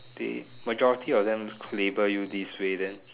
they majority of them label you this way then